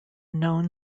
known